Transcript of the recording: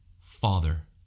Father